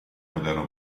moderno